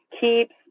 keeps